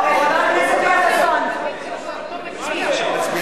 אתה יכול בכל מצב להביא הצעת חוק, לא.